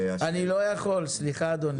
אני לא יכול, סליחה אדוני.